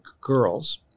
girls